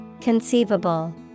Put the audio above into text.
Conceivable